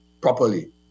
properly